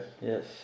Yes